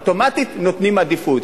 אוטומטית נותנים עדיפות.